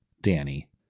Danny